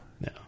No